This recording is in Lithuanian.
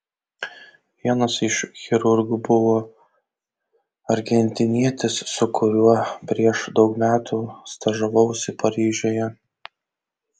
vienas iš chirurgų buvo argentinietis su kuriuo prieš daug metų stažavausi paryžiuje